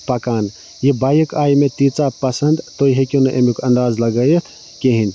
پَکان یہِ بایِک آیہِ مےٚ تیٖژاہ پسنٛد تُہۍ ہیٚکِو نہٕ أمیُک انداز لگٲیِتھ کِہیٖنۍ